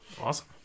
Awesome